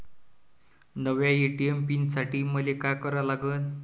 नव्या ATM pin साठी मले का करा लागन?